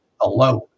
alone